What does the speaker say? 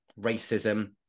racism